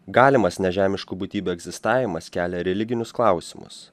galimas nežemiškų būtybių egzistavimas kelia religinius klausimus